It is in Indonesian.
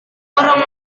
orang